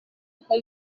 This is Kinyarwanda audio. uko